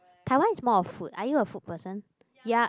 Taiwan is more of food are you a food person ya